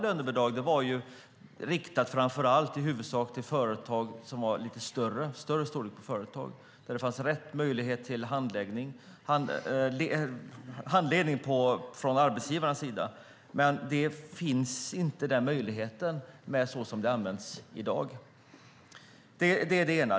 Lönebidrag var ju riktat framför allt till företag som var lite större, där det fanns rätt möjligheter till handledning från arbetsgivarens sida. Men den möjligheten finns inte, så som lönebidrag används i dag. Det är det ena.